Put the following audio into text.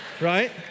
right